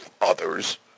others